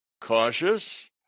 cautious